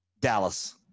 Dallas